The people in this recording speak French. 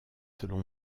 selon